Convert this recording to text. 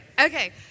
Okay